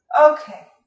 Okay